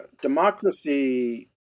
democracy